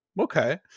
Okay